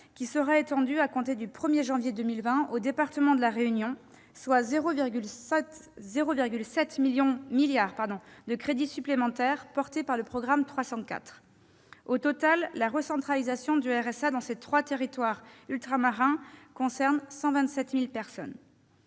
sera étendue à compter du 1 janvier 2020 au département de La Réunion, soit 0,7 milliard d'euros de crédits supplémentaires inscrits au programme 304. Au total, la recentralisation du RSA dans ces trois territoires ultramarins concerne 127 000 personnes.